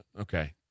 okay